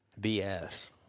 BS